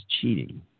cheating